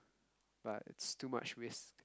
but is too much risks